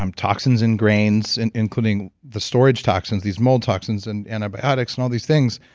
um toxins in grains and including the storage toxins, these mold toxins and antibiotics and all these things,